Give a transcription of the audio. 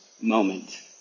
moment